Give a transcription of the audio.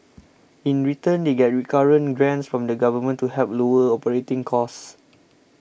in return they get recurrent grants from the Government to help lower operating costs